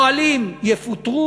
ואז פועלים יפוטרו,